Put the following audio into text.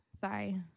sorry